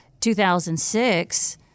2006